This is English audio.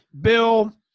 Bill